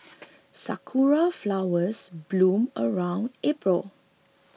sakura flowers bloom around April